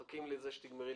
סיימנו.